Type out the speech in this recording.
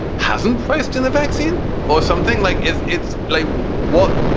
hasn't placed in the vaccine or something like it's it's like what?